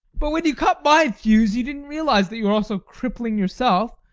but when you cut my thews, you didn't realise that you were also crippling yourself,